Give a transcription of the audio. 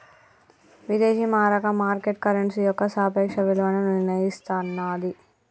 విదేశీ మారక market currency యొక్క సాపేక్ష విలువను నిర్ణయిస్తన్నాది